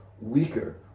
weaker